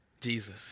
Jesus